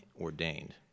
ordained